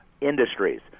industries